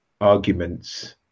arguments